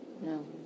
No